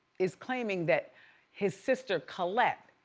is claiming that his sister colette,